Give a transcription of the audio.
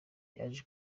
yaje